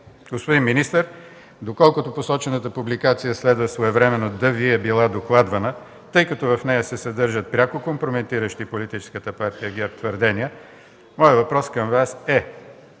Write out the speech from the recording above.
Господин министър, доколкото посочената публикация следва своевременно да Ви е била докладвана, тъй като в нея се съдържат пряко компрометиращи Политическа партия ГЕРБ твърдения, моят въпрос към Вас е: